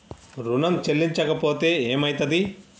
ఋణం చెల్లించకపోతే ఏమయితది?